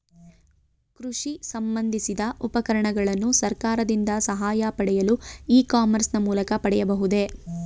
ಕೃಷಿ ಸಂಬಂದಿಸಿದ ಉಪಕರಣಗಳನ್ನು ಸರ್ಕಾರದಿಂದ ಸಹಾಯ ಪಡೆಯಲು ಇ ಕಾಮರ್ಸ್ ನ ಮೂಲಕ ಪಡೆಯಬಹುದೇ?